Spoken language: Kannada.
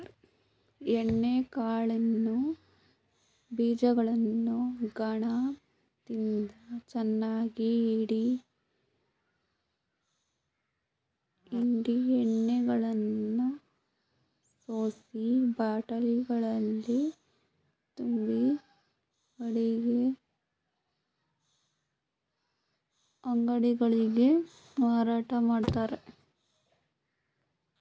ಎಣ್ಣೆ ಕಾಳಿನ ಬೀಜಗಳನ್ನು ಗಾಣದಿಂದ ಚೆನ್ನಾಗಿ ಹಿಂಡಿ ಎಣ್ಣೆಯನ್ನು ಸೋಸಿ ಬಾಟಲಿಗಳಲ್ಲಿ ತುಂಬಿ ಅಂಗಡಿಗಳಿಗೆ ಮಾರಾಟ ಮಾಡ್ತರೆ